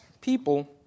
people